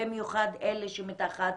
במיוחד אלה שמתחת